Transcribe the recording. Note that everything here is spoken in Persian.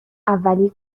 اولی